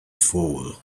fall